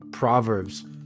Proverbs